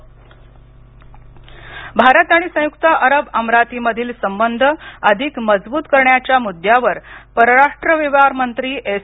Jaishankar UAE चर्चा भारत आणि संयुक्त अरब अमिरातीमधील संबंध अधिक मजबूत करण्याच्या मुद्यावर परराष्ट्र व्यवहार मंत्री एस